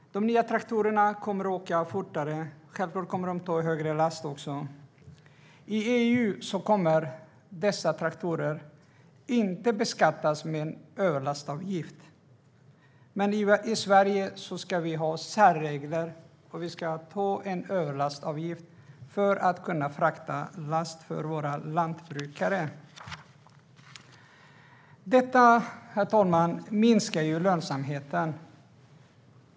De nya traktorerna kommer att åka fortare. Självklart kommer de också att ta en högre last. I EU kommer dessa traktorer inte att beskattas med en överlastavgift, men i Sverige ska vi ha särregler. Vi ska ha en överlastavgift för att lantbrukare ska kunna frakta last. Detta, herr talman, minskar lönsamheten.